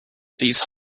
these